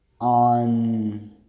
on